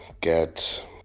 get